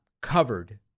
covered